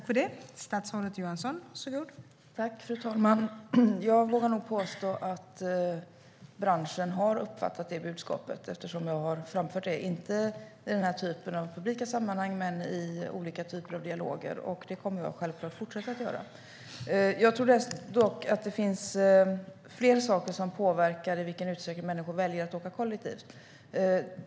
Fru talman! Jag vågar nog påstå att branschen har uppfattat budskapet eftersom jag har framfört det, inte i den här typen av publika sammanhang men i olika typer av dialoger. Det kommer jag självklart att fortsätta göra. Jag tror dock att det finns fler saker som påverkar i vilken utsträckning människor väljer att åka kollektivt.